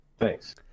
Thanks